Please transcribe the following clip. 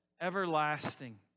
everlasting